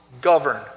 govern